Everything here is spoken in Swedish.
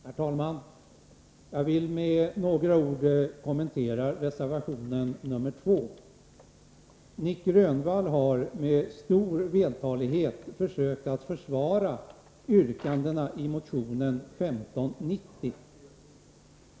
Herr talman! Jag vill med några ord kommentera reservationen nr 2. Nic Grönvall har med stor vältalighet försökt att försvara yrkandena i motion 1590.